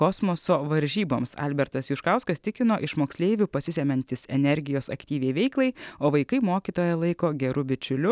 kosmoso varžyboms albertas juškauskas tikino iš moksleivių pasisemiantis energijos aktyviai veiklai o vaikai mokytoją laiko geru bičiuliu